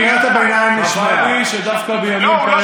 רע"מ דורשים חקירה בין-לאומית.